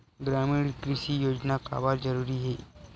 ग्रामीण कृषि योजना काबर जरूरी हे?